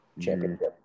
championship